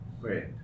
Wait